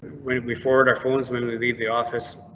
when we forward our phones when we leave the office,